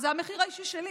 זה המחיר האישי שלי.